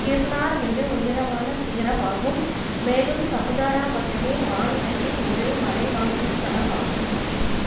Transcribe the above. கிர்னார் மிக உயரமான சிகரம் ஆகும் மேலும் சபுதாரா மட்டுமே மாநிலத்தின் ஒரே மலைவாசஸ்தலம் ஆகும்